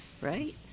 right